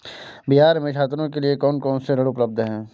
बिहार में छात्रों के लिए कौन कौन से ऋण उपलब्ध हैं?